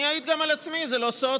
אני אעיד גם על עצמי, זה לא סוד: